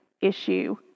issue